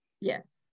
Yes